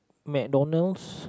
MacDonalds